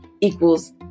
equals